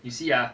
you see ah